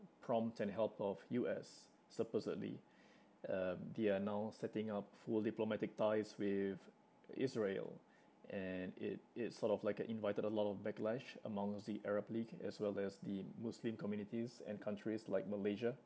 prompt and help of U_S supposedly um they're now setting up full diplomatic ties with Israel and it it sort of like uh invited a lot of backlash amongst the arab league as well as the muslim communities and countries like Malaysia